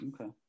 Okay